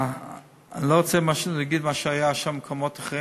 אני לא רוצה להגיד מה היה במקומות אחרים,